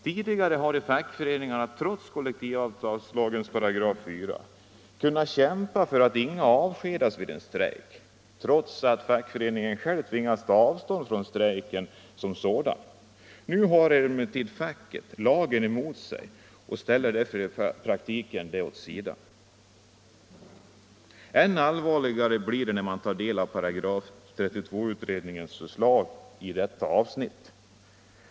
Tidigare hade fackföreningarna trots kollektivavtalslagens § 4 kunnat kämpa för att inga avskedades vid en strejk trots att fackföreningarna tvingades ta avstånd från strejken som sådan. Nu har emellertid facket lagen emot sig och därför ställs i praktiken facket åt sidan. Än allvarligare blir det när man tar del av § 32-utredningens förslag i detta avsnitt.